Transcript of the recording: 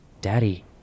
Daddy